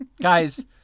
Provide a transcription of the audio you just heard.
Guys